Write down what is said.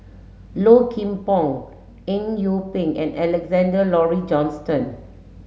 Low Kim Pong Eng Yee Peng and Alexander Laurie Johnston